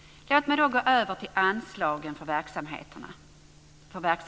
Låt mig då gå över till anslagen för verksamheten.